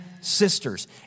sisters